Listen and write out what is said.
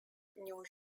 new